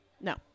No